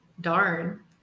Darn